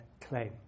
claim